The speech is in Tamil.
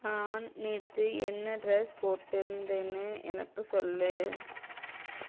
நான் நேற்று என்ன டிரஸ் போட்டிருந்தேன்னு எனக்கு சொல்